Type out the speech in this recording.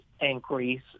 increase